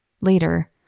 Later